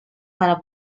para